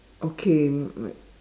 okay m~ my